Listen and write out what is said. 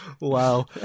Wow